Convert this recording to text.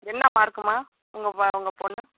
என்ன மார்க்கும்மா உங்கள் ப உங்கள் பொண்ணு